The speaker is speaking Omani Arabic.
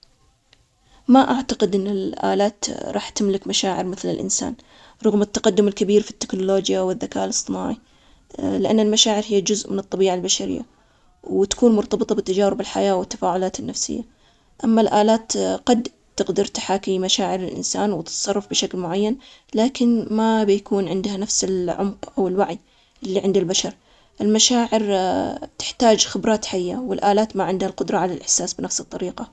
ما اعتقد ان الآلات راح تملك مشاعر مثل الانسان رغم التقدم الكبير في التكنولوجيا والذكاء الاصطناعي، لأن المشاعر هي جزء من الطبيعة البشرية، وتكون مرتبطة بتجارب، الحياة والتفاعلات النفسية، أما الآلات قد تقدر تحاكي مشاعر الإنسان وتتصرف بشكل معين، لكن ما بيكون عندها نفس العمق أو الوعي اللي عند البشر المشاعر، تحتاج خبرات حية، والآلات ما عندها القدرة على الإحساس بنفس الطريقة.